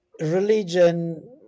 religion